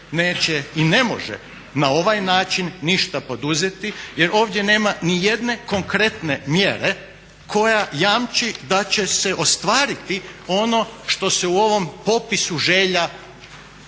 i ne može na ovaj način ništa poduzeti jer ovdje nema niti jedne konkretne mjere koja jamči da će se ostvariti ono što se u ovom popisu želja zapravo